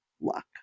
luck